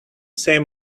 same